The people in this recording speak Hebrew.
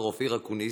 מר אופיר אקוניס,